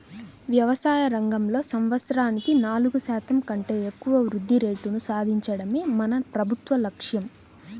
వ్యవసాయ రంగంలో సంవత్సరానికి నాలుగు శాతం కంటే ఎక్కువ వృద్ధి రేటును సాధించడమే మన ప్రభుత్వ లక్ష్యం